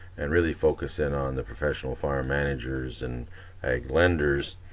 and really focus in on the professional farm managers and blenders,